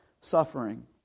suffering